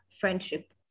friendship